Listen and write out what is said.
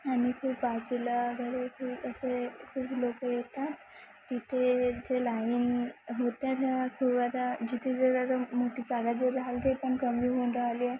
आणि खूप बाजूला वगैरे खूप असे खूप लोकं येतात तिथे जे लाईन होत्या त्या खूप आता जिथे जर आता मोठी जागा जर राहिलं ते पण कमी होऊन राहिले